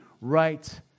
right